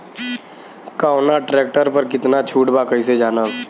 कवना ट्रेक्टर पर कितना छूट बा कैसे जानब?